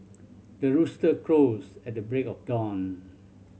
the rooster crows at the break of dawn